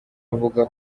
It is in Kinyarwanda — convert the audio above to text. avuga